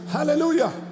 Hallelujah